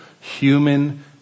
human